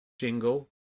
jingle